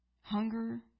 hunger